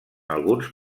alguns